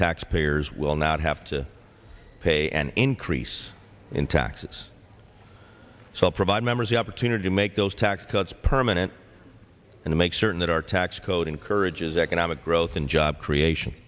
taxpayers will not have to pay an increase in taxes so provide members the opportunity to make those tax cuts permanent and make certain that our tax code encourages economic growth and job creation